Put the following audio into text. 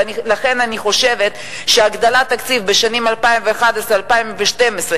ולכן אני חושבת שהגדלת התקציב בשנים 2011 2012,